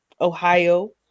ohio